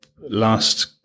last